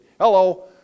Hello